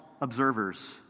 observers